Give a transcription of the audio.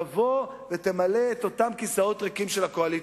תבוא ותמלא את אותם כיסאות ריקים של הקואליציה.